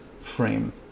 frame